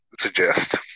suggest